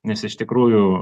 nes iš tikrųjų